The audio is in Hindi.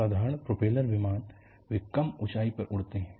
साधारण प्रोपेलर विमान वे कम ऊंचाई पर उड़ते हैं